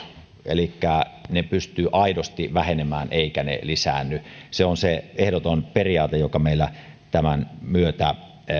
elikkä se että ne pystyvät aidosti vähenemään eivätkä lisäänny se on se ehdoton periaate joka meillä tämän myötä